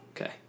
Okay